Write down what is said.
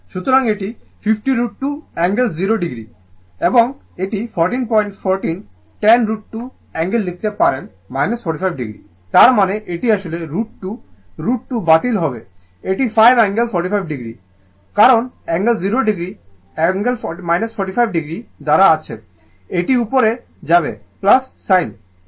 সুতরাং এটি 50 √ 2 angle 0o হবে এবং এটি 1414 10√2 অ্যাঙ্গেল লিখতে পারেন 45o তার মানে এটি আসলে √ 2 √ 2 বাতিল হবে এটি 5 অ্যাঙ্গেল 45o হবে কারণ অ্যাঙ্গেল 0o অ্যাঙ্গেল 45o দ্বারা আছে এটি উপরে যাবে sin